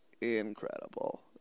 incredible